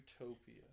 utopia